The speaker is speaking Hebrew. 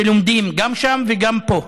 שלומדים גם שם וגם פה,